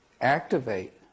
activate